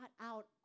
out